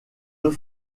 deux